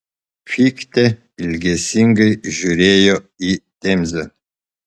fichtė ilgesingai žiūrėjo į temzę